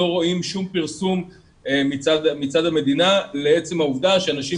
לא רואים כל פרסום מצד המדינה לעצם העובדה שאנשים